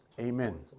amen